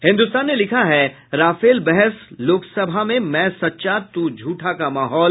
हिन्दुस्तान ने लिखा है राफेल बहसः लोकसभा में मैं सच्चा तु झुठा का माहौल